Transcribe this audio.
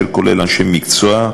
אשר כולל אנשי מקצוע,